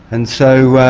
and so